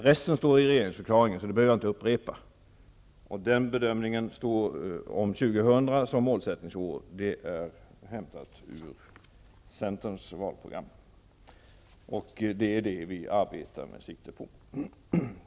Resten står att läsa i regeringsförklaringen och behöver således inte upprepas av mig nu. Det som sägs om år 2000 som bedömt målsättningsår är hämtat från centerns valprogram. Det är med siktet inställt på detta som vi arbetar med dessa frågor.